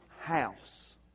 house